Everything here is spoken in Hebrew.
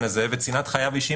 ו"צנעת חייו האישיים",